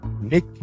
Nick